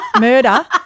Murder